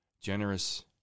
generous